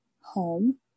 home